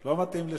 לא מתאים לשניכם.